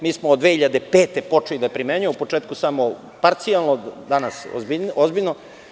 Mi smo od 2005. godine počeli da je primenjujemo, u početku samo parcijalno, danas ozbiljno.